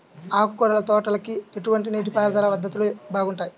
ఆకుకూరల తోటలకి ఎటువంటి నీటిపారుదల పద్ధతులు బాగుంటాయ్?